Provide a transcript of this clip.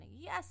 Yes